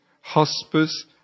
hospice